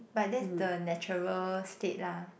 but that's the natural state lah